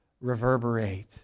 reverberate